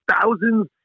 thousands